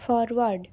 forward